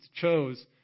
chose